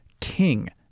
king